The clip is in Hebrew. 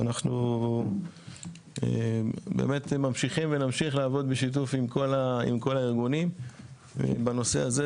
שאנחנו באמת ממשיכים ונמשיך לעבוד בשיתוף עם כל הארגונים בנושא הזה,